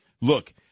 look